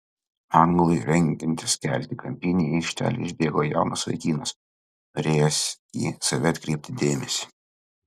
anglui rengiantis kelti kampinį į aikštę išbėgo jaunas vaikinas norėjęs į save atkreipti dėmesį